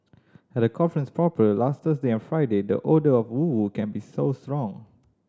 at the conference proper last Thursday and Friday the odour of woo woo can be so strong